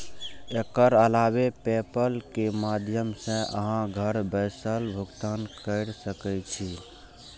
एकर अलावे पेपल के माध्यम सं अहां घर बैसल भुगतान कैर सकै छी